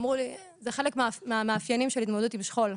אמרו לי שזה חלק מהמאפיינים של התמודדות עם שכול,